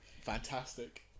Fantastic